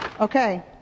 Okay